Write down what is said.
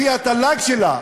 לפי התל"ג שלה,